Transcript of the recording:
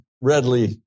readily